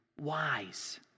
wise